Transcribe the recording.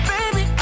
Baby